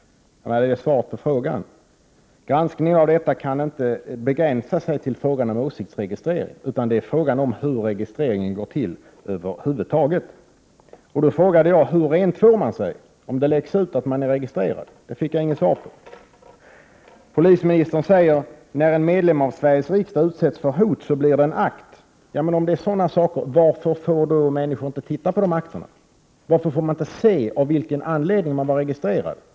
Är det svaret på frågan? Granskningen av detta kan inte begränsa sig till frågan om åsiktsregistrering, utan det handlar om hur registreringen går till över huvud taget. Jag frågade då hur man rentvår sig om det läcker ut att man är registrerad. Jag fick inget svar. Polisministern säger att det blir en akt när medlemmar av Sveriges riksdag utsätts för hot. Ja, men varför får då människor inte titta på de akterna? Varför får de inte se av vilken anledning de är registrerade?